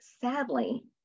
sadly